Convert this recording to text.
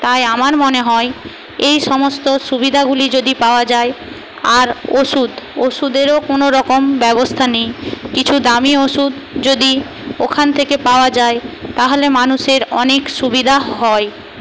তাই আমার মনে হয় এইসমস্ত সুবিধাগুলি যদি পাওয়া যায় আর ওষুধ ওষুধেরও কোনোরকম ব্যবস্থা নেই কিছু দামি ওষুধ যদি ওখান থেকে পাওয়া যায় তাহলে মানুষের অনেক সুবিধা হয়